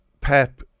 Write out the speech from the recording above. Pep